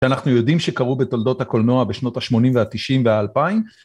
שאנחנו יודעים שקרו בתולדות הקולנוע בשנות השמונים והתשעים והאלפיים.